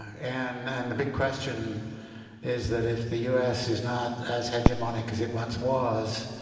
and and the big question is that if the us is not as hegemonic as it once was,